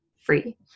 free